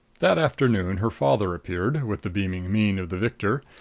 that afternoon her father appeared, with the beaming mien of the victor,